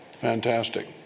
Fantastic